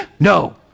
no